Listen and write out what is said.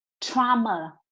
trauma